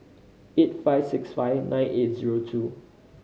eight five six five nine eight zero two